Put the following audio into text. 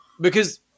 because-